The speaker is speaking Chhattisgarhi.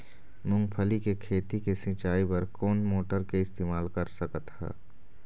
मूंगफली के खेती के सिचाई बर कोन मोटर के इस्तेमाल कर सकत ह?